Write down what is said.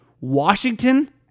Washington